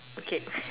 okay